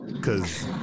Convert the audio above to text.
Cause